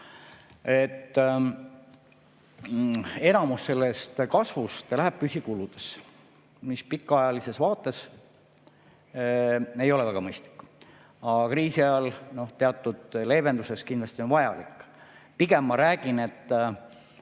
Enamik sellest kasvust läheb püsikuludesse. See pikaajalises vaates ei ole väga mõistlik, aga kriisi ajal teatud leevenduseks kindlasti on vajalik. Pigem ma räägin